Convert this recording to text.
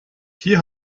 hier